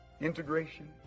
integration